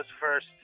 first